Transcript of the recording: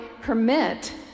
permit